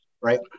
right